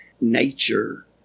nature